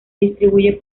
distribuye